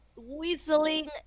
whistling